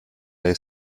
lay